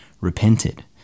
repented